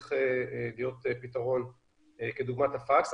שצריך להיות פתרון כדוגמת הפקס.